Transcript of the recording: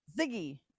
Ziggy